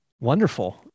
Wonderful